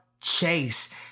Chase